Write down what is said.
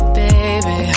baby